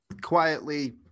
Quietly